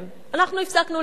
אנחנו הפסקנו להילחם.